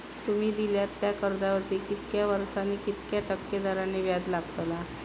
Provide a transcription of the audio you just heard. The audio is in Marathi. तुमि दिल्यात त्या कर्जावरती कितक्या वर्सानी कितक्या टक्के दराने व्याज लागतला?